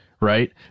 Right